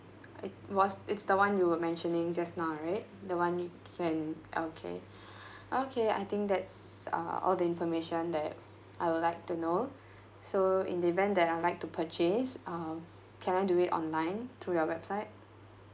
it was it's the one you were mentioning just now right the one you can okay okay I think that's uh all the information that I would like to know so in the event that I like to purchase um can I do it online through your website